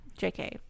Jk